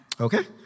Okay